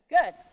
good